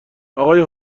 آقای